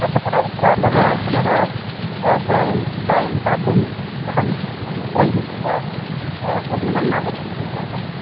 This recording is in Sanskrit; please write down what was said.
अतः प्रातः पुनः चायं चायं पातुम् अहं मित्रैः मिलित्वा प्रतिदिनम् आगच्छन् आसम्